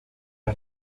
las